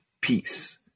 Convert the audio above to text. peace